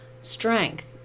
strength